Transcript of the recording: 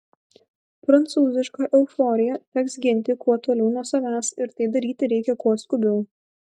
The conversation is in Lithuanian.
prancūzišką euforiją teks ginti kuo toliau nuo savęs ir tai daryti reikia kuo skubiau